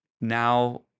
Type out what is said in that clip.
now